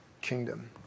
kingdom